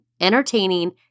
entertaining